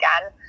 again